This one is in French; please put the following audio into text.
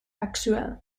actuel